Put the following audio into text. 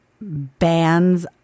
Bands